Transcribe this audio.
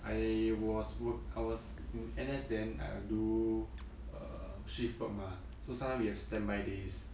I was work I was in N_S then I'll do err shift work mah so sometime you have standby days